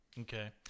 Okay